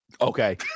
Okay